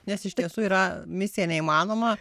nes iš tiesų yra misija neįmanoma